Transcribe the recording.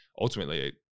ultimately